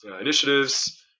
initiatives